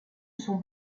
son